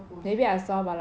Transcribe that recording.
maybe I saw but like